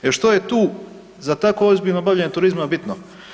Jer što je tu za tako ozbiljno bavljenje turizmom bitno?